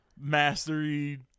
mastery